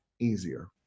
easier